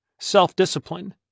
Self-discipline